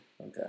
Okay